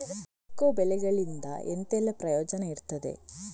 Cocoa ಬೆಳೆಗಳಿಂದ ಎಂತೆಲ್ಲ ಪ್ರಯೋಜನ ಇರ್ತದೆ?